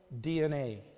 DNA